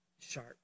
sharp